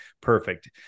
perfect